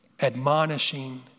admonishing